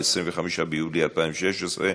25 ביולי 2016,